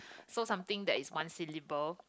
so something that is one syllable